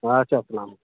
اَدِ سا اَسلام علیکُم